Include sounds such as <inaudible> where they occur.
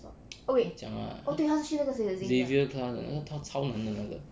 <noise> 他讲 [what] 他 xavier class [what] 跳超难的那个